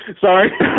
Sorry